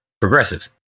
Progressive